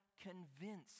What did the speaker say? convinced